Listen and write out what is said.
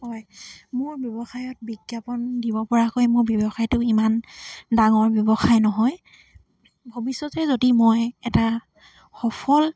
হয় মোৰ ব্যৱসায়ত বিজ্ঞাপন দিব পৰাকৈ মোৰ ব্যৱসায়টো ইমান ডাঙৰ ব্যৱসায় নহয় ভৱিষ্যতে যদি মই এটা সফল